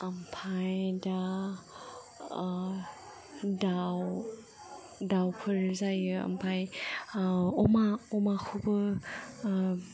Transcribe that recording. ओमफ्राय दा दाव दावफोर जायो ओमफ्राय अमा अमाखौबो